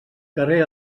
carrer